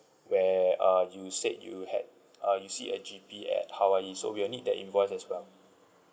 where uh you said you had uh you see a G_P at hawaii so we'll need that invoice as well